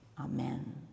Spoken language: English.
Amen